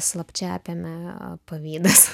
slapčia apėmė pavydas